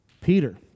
Peter